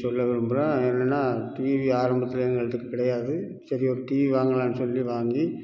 சொல்ல விரும்புகிறேன் என்னென்னா டிவி ஆரம்பத்தில் எங்கள்கிட்ட கிடையாது சரி ஒரு டிவி வாங்கலாம்னு சொல்லி வாங்கி